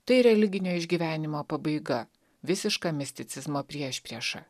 tai religinio išgyvenimo pabaiga visiška misticizmo priešprieša